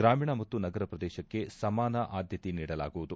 ಗ್ರಾಮೀಣ ಮತ್ತು ನಗರ ಪ್ರದೇಶಕ್ಕೆ ಸಮಾನ ಆದ್ಮತೆ ನೀಡಲಾಗುವುದು